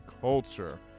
culture